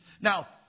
Now